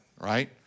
right